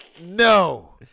No